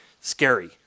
scary